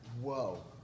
whoa